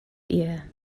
ear